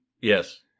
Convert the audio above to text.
Yes